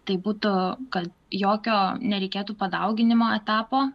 tai būtų kad jokio nereikėtų padauginimo etapo